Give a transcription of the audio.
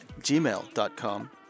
gmail.com